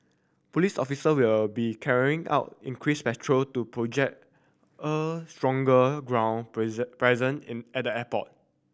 police officer will be carrying out increased patrol to project a stronger ground presence in at the airport